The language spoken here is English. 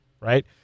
right